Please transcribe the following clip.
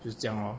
就是这样咯